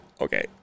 Okay